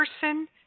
person